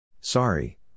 Sorry